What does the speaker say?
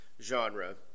genre